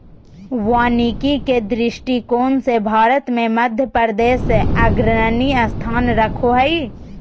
वानिकी के दृष्टिकोण से भारत मे मध्यप्रदेश अग्रणी स्थान रखो हय